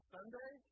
Sunday